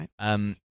right